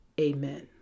amen